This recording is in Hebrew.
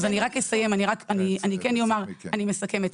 אני רק אסיים, אני מסכמת.